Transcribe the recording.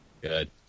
Good